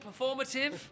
performative